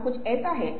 अत्यधिक संबंध है